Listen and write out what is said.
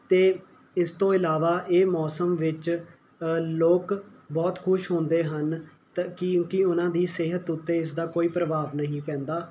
ਅਤੇ ਇਸ ਤੋਂ ਇਲਾਵਾ ਇਹ ਮੌਸਮ ਵਿੱਚ ਲੋਕ ਬਹੁਤ ਖੁਸ਼ ਹੁੰਦੇ ਹਨ ਕਿਉਂਕਿ ਉਹਨਾਂ ਦੀ ਸਿਹਤ ਉੱਤੇ ਇਸਦਾ ਕੋਈ ਪ੍ਰਭਾਵ ਨਹੀਂ ਪੈਂਦਾ